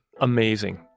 amazing